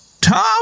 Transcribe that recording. Tom